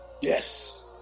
Yes